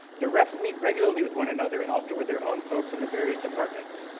the reps meet regularly with one another, and also with their own folks in the various departments.